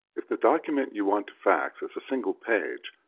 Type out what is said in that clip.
if the document you want to fax is a single page,